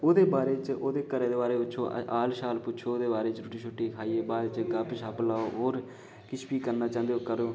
ओह्दे बारे च ओह्दे घरै दे बारे च हाल चाल पुच्छो ओह्दे बारे च रुट्टी सुट्टी खाइयै गप शप लाओ किश बी करना चांह्दे ओ करो